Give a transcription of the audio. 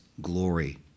glory